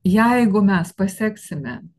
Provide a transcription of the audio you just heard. jeigu mes paseksime